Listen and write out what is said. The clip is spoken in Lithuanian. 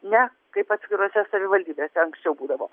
ne kaip atskirose savivaldybėse anksčiau būdavo